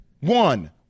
one